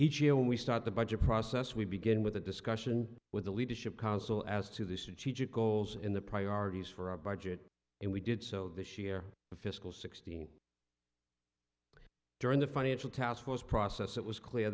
each year when we start the budget process we begin with a discussion with the leadership council as to this achieve goals in the priorities for a budget and we did so this year the fiscal sixteen during the financial taskforce process it was clear